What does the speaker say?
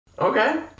Okay